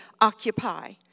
occupy